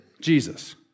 Jesus